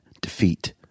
defeat